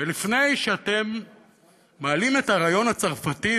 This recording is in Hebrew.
ולפני שאתם מעלים את הרעיון הצרפתי,